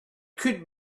could